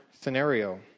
scenario